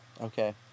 okay